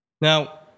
Now